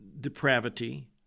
depravity